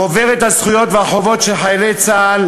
חוברת הזכויות והחובות של חיילי צה"ל